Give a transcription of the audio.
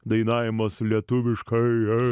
dainavimas lietuviškai